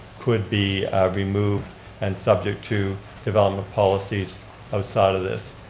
could be removed and subject to development policies outside of this.